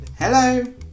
Hello